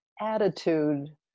attitude